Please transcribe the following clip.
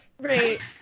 Right